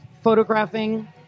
photographing